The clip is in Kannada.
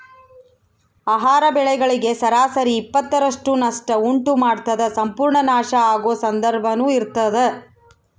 ಆಹಾರ ಬೆಳೆಗಳಿಗೆ ಸರಾಸರಿ ಇಪ್ಪತ್ತರಷ್ಟು ನಷ್ಟ ಉಂಟು ಮಾಡ್ತದ ಸಂಪೂರ್ಣ ನಾಶ ಆಗೊ ಸಂದರ್ಭನೂ ಇರ್ತದ